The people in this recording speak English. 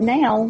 now